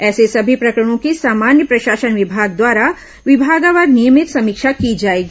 ऐसे सभी प्रकरणों की सामान्य प्रशासन विभाग द्वारा विभागवार नियमित समीक्षा की जाएगी